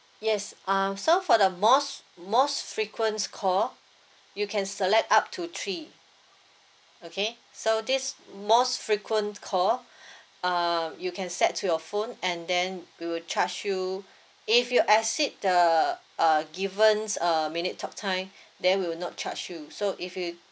yes uh so for the most most frequent call you can select up to three okay so this most frequent call uh you can set to your phone and then we will charge you if you exceed the uh givens uh minute talk time then we will not charge you so if you